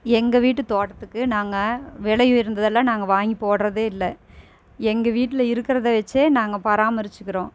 எங்கள் வீட்டு தோட்டத்துக்கு நாங்கள் விலையுயர்ந்ததலாம் நாங்கள் வாங்கி போடுறதே இல்லை எங்கள் வீட்டில் இருக்கிறத வச்சே நாங்கள் பராமரிசிக்கிறோம்